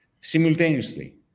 simultaneously